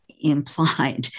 implied